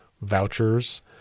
vouchers